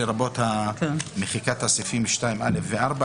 לרבות מחיקת הסעיפים 2(א) ו-4.